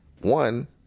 One